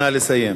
נא לסיים.